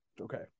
Okay